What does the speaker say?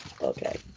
okay